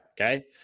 Okay